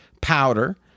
powder—